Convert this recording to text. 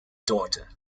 daughter